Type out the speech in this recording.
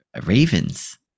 ravens